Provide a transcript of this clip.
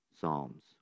Psalms